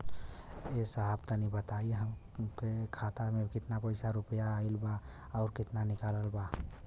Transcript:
ए साहब तनि बताई हमरे खाता मे कितना केतना रुपया आईल बा अउर कितना निकलल बा?